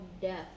Death